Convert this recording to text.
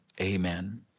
amen